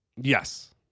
Yes